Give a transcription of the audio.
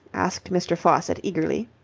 asked mr. faucitt eagerly.